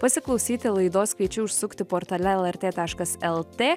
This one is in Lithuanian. pasiklausyti laidos kviečiu užsukti portale lrt taškas lt